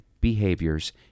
behaviors